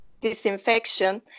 disinfection